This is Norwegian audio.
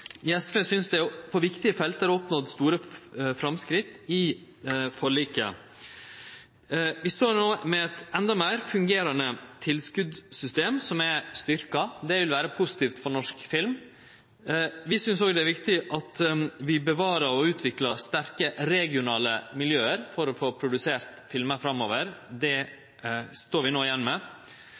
i SV synest det på viktige felt er oppnådd store framsteg i forliket. Vi står no med eit endå betre fungerande tilskotssystem, som er styrkt. Det vil vere positivt for norsk film. Vi synest òg det er viktig at vi bevarer og utviklar sterke regionale miljø for å få produsert filmar framover. Det står vi no igjen med.